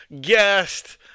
guest